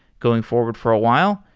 going forward for a while.